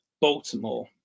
Baltimore